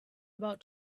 about